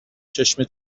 چشم